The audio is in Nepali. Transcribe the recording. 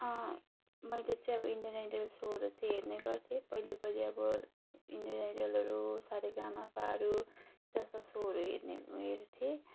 मैले चाहिँ अब इन्डियन आइडल सोहरू चाहिँ हेर्ने गर्थेँ कहिले कहिले अब इन्डियन आइडलहरू सारेगामापाहरू जस्तो सोहरू हेर्ने हेर्थेँ